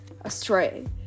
astray